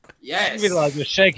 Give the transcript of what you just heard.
Yes